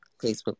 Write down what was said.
Facebook